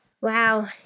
Wow